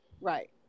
Right